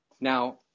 Now